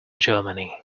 germany